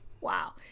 wow